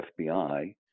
FBI